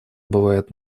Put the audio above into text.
бывает